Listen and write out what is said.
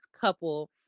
couple